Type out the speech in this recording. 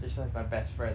jason is my best friend